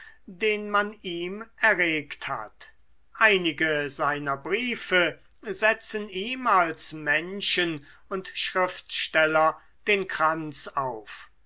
den man ihm erregt hat einige seiner briefe setzen ihm als menschen und schriftsteller den kranz auf